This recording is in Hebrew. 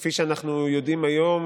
שכפי שאנחנו יודעים היום,